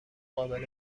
قابل